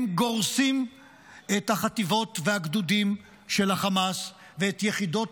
הם גורסים את החטיבות והגדודים של החמאס ואת יחידות